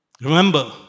Remember